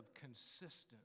consistent